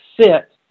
sit